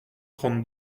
trente